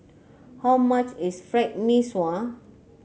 how much is Fried Mee Sua